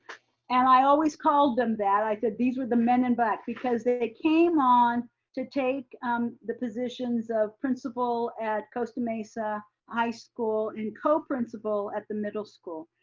and i always called them that, i said these are the men in black. because they came on to take the positions of principal at costa mesa high school and co-principal at the middle school.